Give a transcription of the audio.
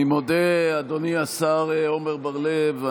אני מודה, אדוני השר עמר בר לב.